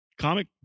comic